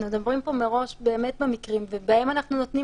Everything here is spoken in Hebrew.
אנחנו מדברים פה מראש על מקרים ובהם אנחנו נותנים